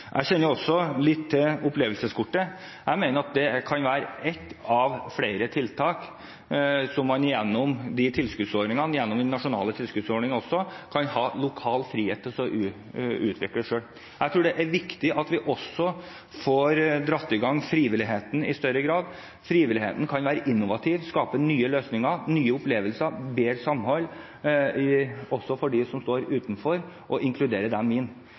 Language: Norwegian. Jeg kjenner også litt til opplevelseskortet. Jeg mener at det kan være ett av flere tiltak som man gjennom tilskuddsordningene, den nasjonale tilskuddsordningen også, kan ha lokal frihet til å utvikle selv. Jeg tror det er viktig at vi også får dratt i gang frivilligheten i større grad. Frivilligheten kan være innovativ, kan skape nye løsninger, nye opplevelser og bedre samhold for dem som står utenfor, og inkludere dem.